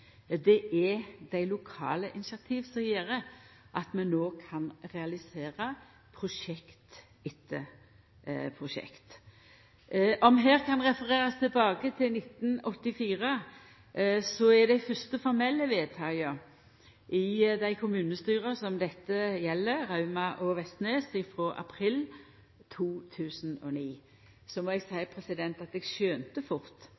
Det er dei lokale initiativa som gjer at vi no kan realisera prosjekt etter prosjekt. Om her kan refererast tilbake til 1984, så er dei fyrste formelle vedtaka i dei kommunestyra som dette gjeld, Rauma og Vestnes, frå april 2009. Så må eg seia at eg skjønte fort